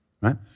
right